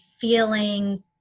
feeling